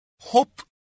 Hope